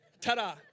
ta-da